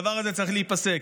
הדבר הזה צריך להיפסק.